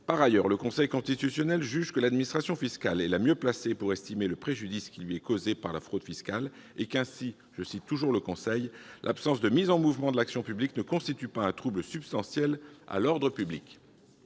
Par ailleurs, le Conseil constitutionnel juge que l'administration fiscale est la mieux placée pour estimer le préjudice qui lui est causé par la fraude fiscale et qu'ainsi « l'absence de mise en mouvement de l'action publique ne constitue pas un trouble substantiel à l'ordre public.